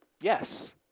Yes